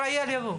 עיר.